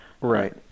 Right